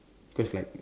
cause like